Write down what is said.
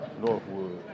Northwood